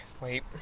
wait